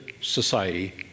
society